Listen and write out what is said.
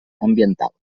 ambiental